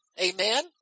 Amen